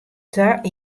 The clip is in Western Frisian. twa